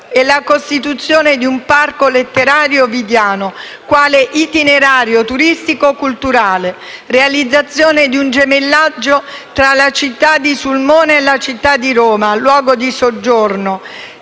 la costituzione di un parco letterario ovidiano quale itinerario turistico-culturale; la realizzazione di un gemellaggio tra la città di Sulmona e la città di Roma, luogo di soggiorno